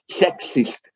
sexist